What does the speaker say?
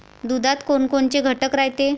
दुधात कोनकोनचे घटक रायते?